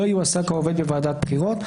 לא יועסק העובד בוועדת בחירות,